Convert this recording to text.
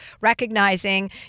recognizing